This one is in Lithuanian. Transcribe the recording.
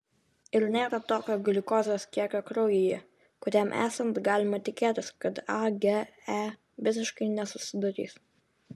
ir nėra tokio gliukozės kiekio kraujyje kuriam esant galima tikėtis kad age visiškai nesusidarys